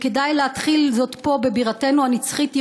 וכדאי להתחיל זאת פה, בבירתנו הנצחית ירושלים: